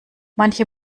manche